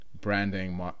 branding